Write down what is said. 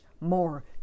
more